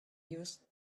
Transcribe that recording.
used